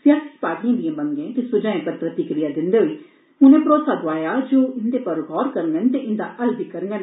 सियासी पार्टियें दियें मंगें ते सुझाएं पर प्रतिक्रिया दिन्दे होई उन्ने भरोसा दोआया जे ओ इन्दे पर गौर करगंन ते इन्दा हल बी करगंन